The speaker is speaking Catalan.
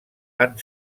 han